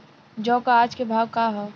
जौ क आज के भाव का ह?